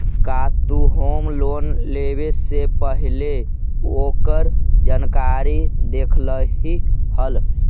का तु home loan लेवे से पहिले ओकर जानकारी देखलही हल?